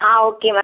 ah okay ma'am